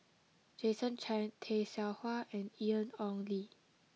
Jason Chan Tay Seow Huah and Ian Ong Li